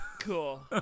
Cool